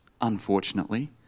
unfortunately